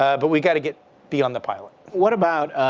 yeah but we got to get beyond the pilot. what about,